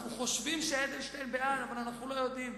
אנחנו חושבים שאדלשטיין בעד, אבל אנחנו לא יודעים,